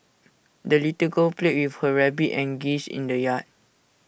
the little girl played with her rabbit and geese in the yard